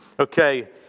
Okay